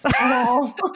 No